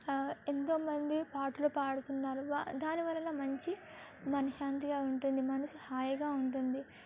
ఎంతోమంది పాటలు పాడుతున్నారు దానివలన మంచి మనశ్శాంతిగా ఉంటుంది మనసు హాయిగా ఉంటుంది